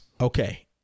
Okay